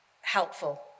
helpful